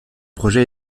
projet